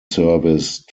service